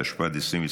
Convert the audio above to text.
התשפ"ד 2024,